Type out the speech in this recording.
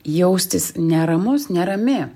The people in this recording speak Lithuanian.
jaustis neramus nerami